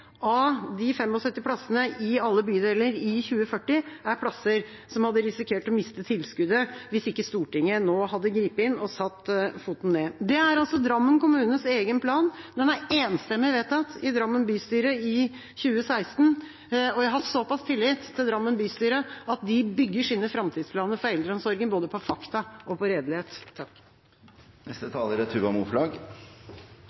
av de 75 plassene i alle bydeler i 2040 er plasser som hadde risikert å miste tilskuddet hvis Stortinget ikke nå hadde grepet inn og satt ned foten. Det er Drammen kommunes egen plan. Den ble enstemmig vedtatt i Drammen bystyre i 2016, og jeg har tillit til at Drammen bystyre bygger sine framtidsplaner for eldreomsorgen på både fakta og redelighet. Min partikollega representanten Christoffersen har vært inne på